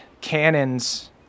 cannons